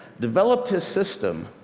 developed his system